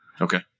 Okay